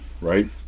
right